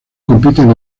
compiten